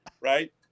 right